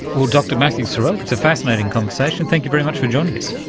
well, dr matthew sorrell, it's a fascinating conversation, thank you very much for joining us.